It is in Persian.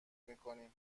میکنیم